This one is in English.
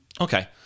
Okay